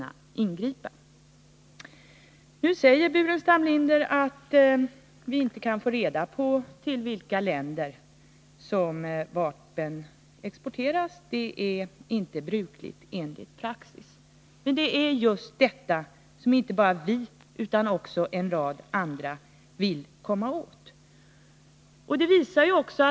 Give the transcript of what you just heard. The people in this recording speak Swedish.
Nu säger Staffan Burenstam Linder att vi inte kan få reda på till vilka länder vapen exporteras. Det är inte brukligt enligt praxis. Men det är just detta som inte bara vi utan också en rad andra vill komma åt.